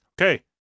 Okay